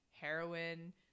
heroin